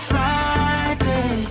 Friday